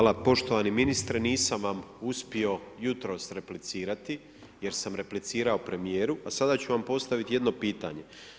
Hvala poštovani ministre nisam vam uspio jutros replicirati jer sam replicirao premijeru, a sada ću vam postavit jedno pitanje.